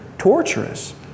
torturous